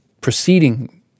proceeding